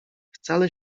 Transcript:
wcale